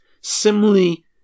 Similarly